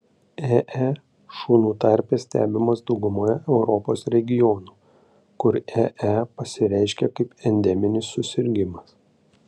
ee šunų tarpe stebimas daugumoje europos regionų kur ee pasireiškia kaip endeminis susirgimas